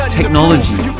technology